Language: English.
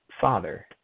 father